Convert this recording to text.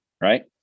right